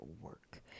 work